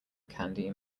candy